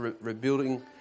rebuilding